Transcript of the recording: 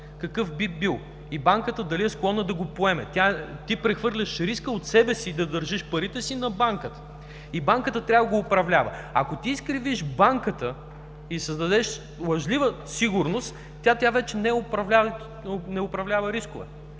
и дали банката е склонна да го поеме. Ти прехвърляш риска от себе си, държиш парите си в банката и банката трябва да го управлява. Ако ти изкривиш банката и създадеш лъжлива сигурност, тя вече не управлява рискове,